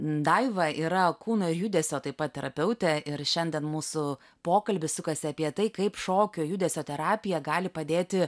daiva yra kūno ir judesio taip pat terapeutė ir šiandien mūsų pokalbis sukasi apie tai kaip šokio judesio terapija gali padėti